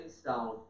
stone